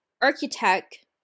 architect